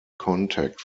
contact